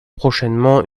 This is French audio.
prochainement